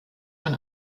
von